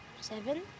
Seven